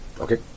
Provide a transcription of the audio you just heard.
Okay